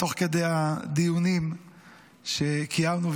תוך כדי הדיונים שקיימנו,